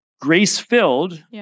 grace-filled